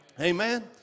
Amen